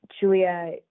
Julia